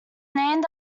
named